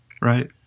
Right